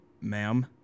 ma'am